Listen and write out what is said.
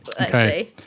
Okay